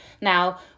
Now